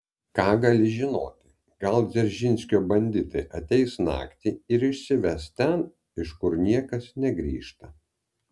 ką gali žinoti gal dzeržinskio banditai ateis naktį ir išsives ten iš kur niekas negrįžta